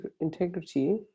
integrity